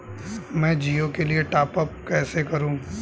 मैं जिओ के लिए टॉप अप कैसे करूँ?